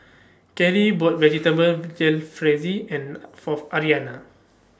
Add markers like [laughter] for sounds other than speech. Karie bought [noise] Vegetable Jalfrezi and For Aryanna